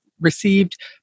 received